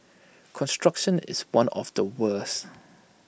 construction is one of the worst